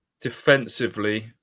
defensively